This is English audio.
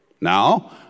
Now